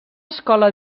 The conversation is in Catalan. escola